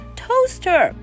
toaster